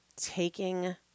Taking